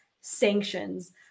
sanctions